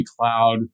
Cloud